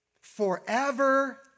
forever